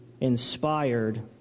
inspired